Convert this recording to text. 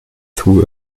through